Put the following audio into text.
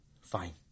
fine